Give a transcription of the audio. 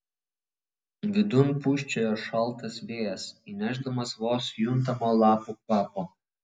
vidun pūsčiojo šaltas vėjas įnešdamas vos juntamo lapų kvapo